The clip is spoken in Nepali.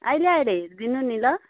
अहिले आएर हेरिदिनु नि ल